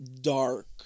dark